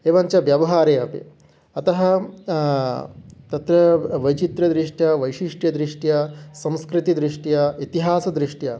एवञ्च व्यवहारे अपि अतः तत् वैचित्र्यदृष्ट्या वैशिष्ट्यदृष्ट्या सांस्कृतिदृष्ट्या इतिहासदृष्ट्या